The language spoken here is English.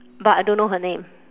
but I don't know her name